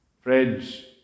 Friends